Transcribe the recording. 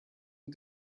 and